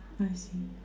I see